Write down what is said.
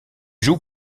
joue